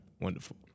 Wonderful